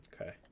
Okay